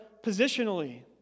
positionally